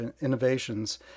innovations